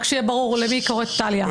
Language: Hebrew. רק שיהיה ברור למי היא קוראת טליה.